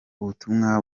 ubutumwa